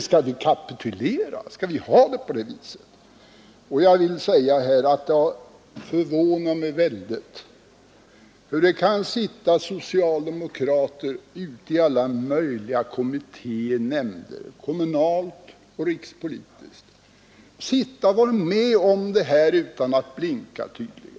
Skall vi kapitulera kanske? Det har förvånat mig väldigt att socialdemokrater kan sitta ute i institutioner och nämnder, kommunalt och rikspolitiskt, och vara med om detta, tydligen utan att blinka.